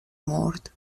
مرد